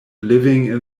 living